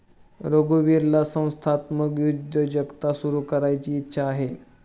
रघुवीरला संस्थात्मक उद्योजकता सुरू करायची इच्छा आहे